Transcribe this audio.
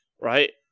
right